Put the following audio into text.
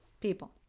People